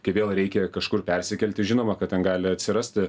kai vėl reikia kažkur persikelti žinoma kad ten gali atsirasti